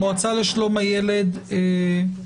המועצה לשלום הילד, בבקשה.